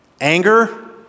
anger